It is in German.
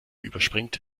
überspringt